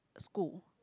school